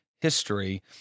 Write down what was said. history